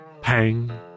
Pang